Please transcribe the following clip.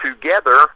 together –